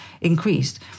increased